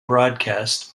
broadcast